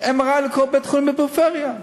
MRI לכל בית-חולים בפריפריה,